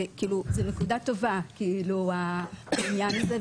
שזאת נקודה טובה העניין הזה.